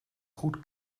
goed